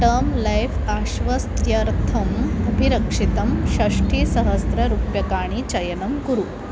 term life आश्वस्त्यर्थम् अभिरक्षितं षष्ठिसहस्ररूप्यकाणि चयनं कुरु